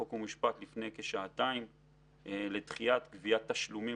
חוק ומשפט לפני כשעתיים לדחיית גביית תשלומים